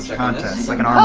contest. it's like an